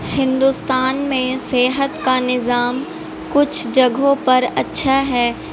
ہندوستان میں صحت کا نظام کچھ جگہوں پر اچھا ہے